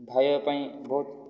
ଭାବିବା ପାଇଁ ବହୁତ